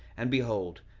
and behold,